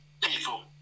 people